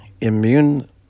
immune